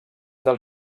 del